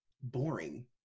boring